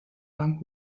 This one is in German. lang